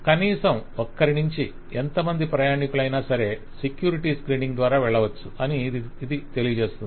కనీసం ఒక్కరి నుంచి ఎంతమంది ప్రయాణీకులు అయినా సరే సెక్యూరిటీ స్క్రీనింగ్ ద్వారా వెళ్ళవచ్చు అని ఇది తెలియజేస్తుంది